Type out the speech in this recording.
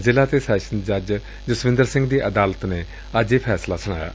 ਜ਼ਿਲ੍ਹਾ ਤੇ ਸੈਸ਼ਨ ਜੱਜ ਜਸਵਿੰਦਰ ਸਿੰਘ ਦੀ ਅਦਾਲਤ ਨੇ ਇਹ ਫੈਸਲਾ ਸੁਣਾਇਆ